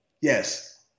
Yes